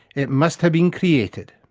it must have been created.